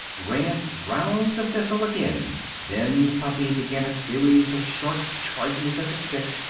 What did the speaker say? ran round the thistle again then the puppy begin a series of short charges at the stick,